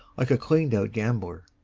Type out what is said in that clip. like a cleaned-out gambler.